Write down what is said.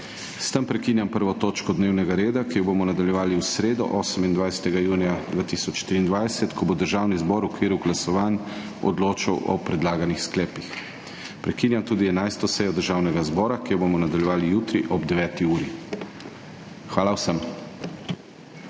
S tem prekinjam 1. točko dnevnega reda, ki jo bomo nadaljevali v sredo, 28. junija 2024, ko bo Državni zbor v okviru glasovanj odločal o predlaganih sklepih. Prekinjam tudi 11. sejo Državnega zbora, ki jo bomo nadaljevali jutri ob 9. uri. Hvala vsem!